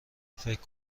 فکر